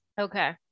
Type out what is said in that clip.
Okay